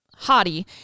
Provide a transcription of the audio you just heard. hottie